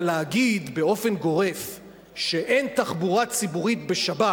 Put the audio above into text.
אבל להגיד באופן גורף שאין תחבורה ציבורית בשבת